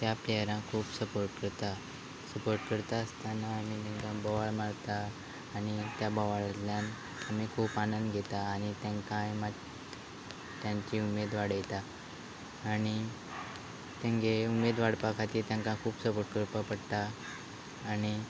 त्या प्लेयरांक खूब सपोर्ट करता सपोर्ट करता आसतना आमी तांकां बोवाळ मारता आनी त्या बोवाळेंतल्यान आमी खूब आनंद घेता आनी तांकां मात् तांची उमेद वाडयता आनी तांगे उमेद वाडपा खातीर तांकां खूब सपोर्ट करपा पडटा आणी